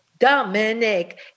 Dominic